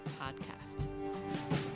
Podcast